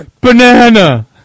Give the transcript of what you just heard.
Banana